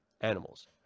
Animals